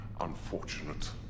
unfortunate